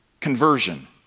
Conversion